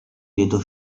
lieto